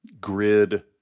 grid